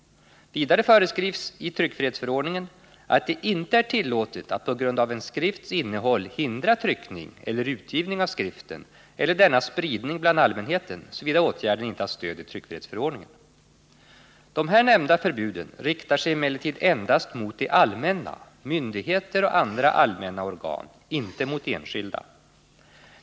Vidare föreskrivs i fiska skrifter tryckfrihetsförordningen att det inte är tillåtet att på grund av en skrifts innehåll hindra tryckning eller utgivning av skriften eller dennas spridning bland allmänheten, såvida åtgärden inte har stöd i tryckfrihetsförordningen. De här nämnda förbuden riktar sig emellertid endast mot det allmänna — myndigheter och andra allmänna organ — inte mot enskilda.